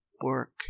work